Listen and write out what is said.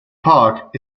park